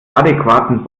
adequaten